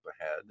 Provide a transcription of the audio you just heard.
ahead